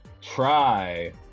Try